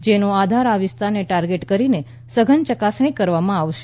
જેના આધારે આ વિસ્તારને ટાર્ગેટ કરીને સઘન ચકાસણી કરવામાં આવશે